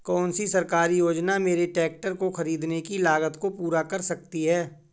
कौन सी सरकारी योजना मेरे ट्रैक्टर को ख़रीदने की लागत को पूरा कर सकती है?